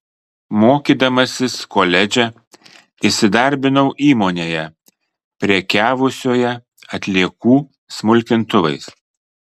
mokydamasis koledže įsidarbinau įmonėje prekiavusioje atliekų smulkintuvais